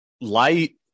light